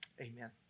amen